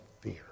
fear